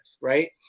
right